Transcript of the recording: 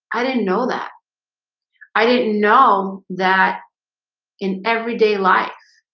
i didn't know that i didn't know that in everyday life,